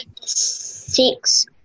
six